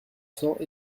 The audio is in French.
cents